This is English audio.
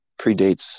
predates